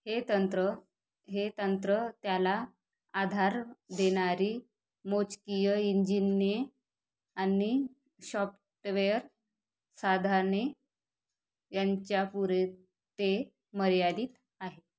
हे तंत्र हे तंत्र त्याला आधार देणारी मोजकी इंजिने आणि शॉफ्टवेअर साधने यांच्या पुरते मर्यादित आहे